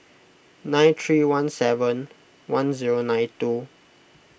nine three one seven one zero nine two